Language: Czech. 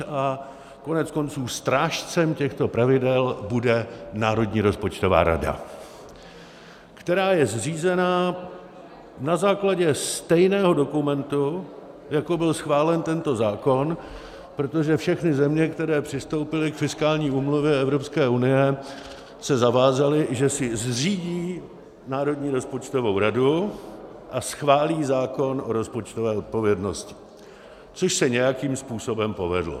A koneckonců strážcem těchto pravidel bude Národní rozpočtová rada, která je zřízená na základě stejného dokumentu, jako byl schválen tento zákon, protože všechny země, které přistoupily k fiskální úmluvě EU, se zavázaly, že si zřídí národní rozpočtovou radu a schválí zákon o rozpočtové odpovědnosti, což se nějakým způsobem povedlo.